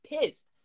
pissed